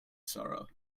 sorrow